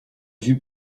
vue